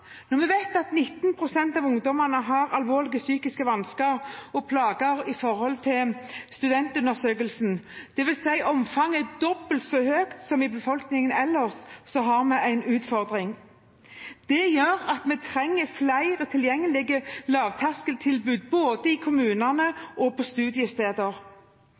Når vi ifølge studentundersøkelsen vet at 19 pst. av ungdommene har alvorlige psykiske vansker og plager, dvs. at omfanget er dobbelt så høyt som i befolkningen ellers, har vi en utfordring. Det gjør at vi trenger flere tilgjengelige lavterskeltilbud både i kommunene og på studiesteder.